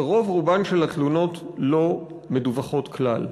ורובן הגדול של התלונות לא מדווחות כלל.